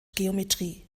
geometrie